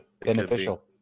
beneficial